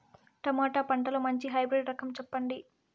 Tomato పంటలో మంచి hybrid రకం చెప్పండి?